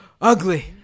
Ugly